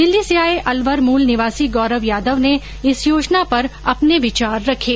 दिल्ली से आये अलवर मूल निवासी गौरव यादव ने इस योजना पर अपने विचार रखे